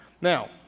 now